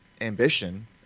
ambition